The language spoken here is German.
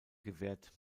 gewährt